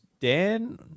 Dan